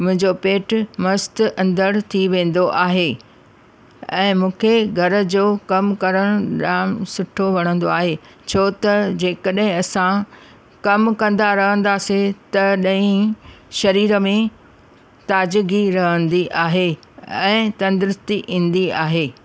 मुंहिंजो पेटु मस्तु अंदरु थी वेंदो आहे ऐं मूंखे घर जो कमु करणु जाम सुठो वणंदो आहे छो त जेकॾहिं असां कमु कंदा रहंदासीं तॾहिं शरीर में ताज़गी रहंदी आहे ऐं तंदुरुस्ती ईंदी आहे